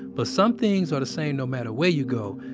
but some things are the same no matter where you go.